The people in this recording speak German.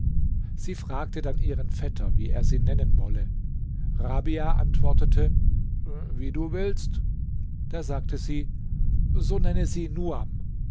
sie fragte dann ihren vetter wie er sie nennen wolle rabia antwortete wie du willst da sagte sie so nenne sie nuam